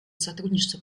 сотрудничества